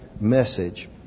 message